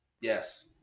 Yes